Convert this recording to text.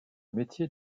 métier